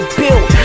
built